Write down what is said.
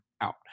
out